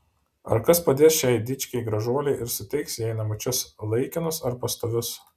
ar kas padės šiai dičkei gražuolei ir suteiks jai namučius laikinus ar pastovius